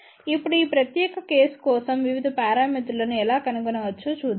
ఇప్పుడు ఈ ప్రత్యేక కేసు కోసం వివిధ పారామితులను ఎలా కనుగొనవచ్చో చూద్దాం